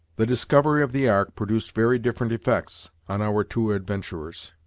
the discovery of the ark produced very different effects on our two adventurers.